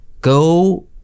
go